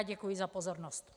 Děkuji za pozornost.